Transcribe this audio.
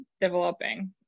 developing